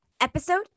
episode